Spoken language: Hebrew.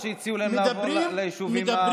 אבל היו הרבה הצעות שהציעו להם לעבור ליישובים המוגדרים.